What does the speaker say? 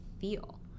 feel